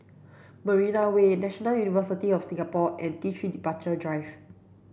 Marina Way National University of Singapore and T three Departure Drive